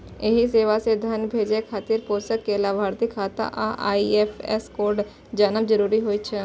एहि सेवा सं धन भेजै खातिर प्रेषक कें लाभार्थीक खाता आ आई.एफ.एस कोड जानब जरूरी होइ छै